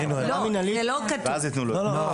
הם יחכו ואז יתנו לו את הדוח.